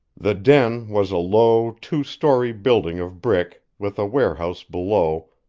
the den was a low, two-story building of brick, with a warehouse below,